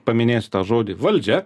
paminėsiu tą žodį valdžia